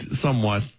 somewhat